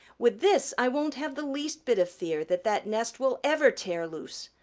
with this i won't have the least bit of fear that that nest will ever tear loose,